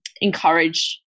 encourage